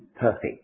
perfect